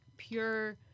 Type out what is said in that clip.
Pure